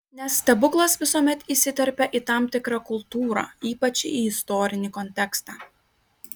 nes stebuklas visuomet įsiterpia į tam tikrą kultūrą ypač į istorinį kontekstą